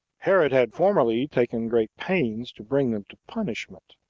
herod had formerly taken great pains to bring them to punishment,